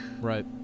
Right